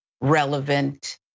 relevant